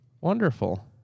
Wonderful